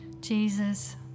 Jesus